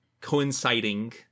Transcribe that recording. coinciding